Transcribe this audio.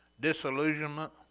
disillusionment